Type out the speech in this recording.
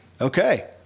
Okay